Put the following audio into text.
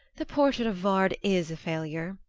the portrait of vard is a failure,